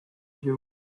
you